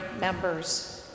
members